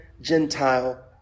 Gentile